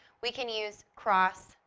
we can use cross-products,